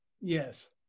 Yes